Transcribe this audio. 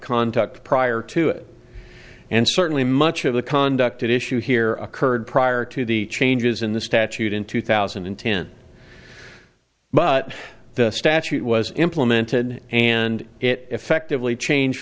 contact prior to it and certainly much of the conduct issue here occurred prior to the changes in the statute in two thousand and ten but the statute was implemented and it effectively change